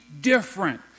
different